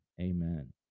Amen